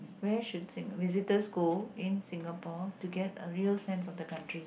where should singa~ visitors go in Singapore to get a real sense of the country